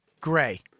gray